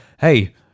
hey